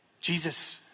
Jesus